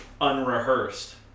unrehearsed